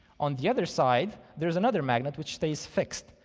on the other side, there's another magnet which stays fixed,